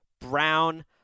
Brown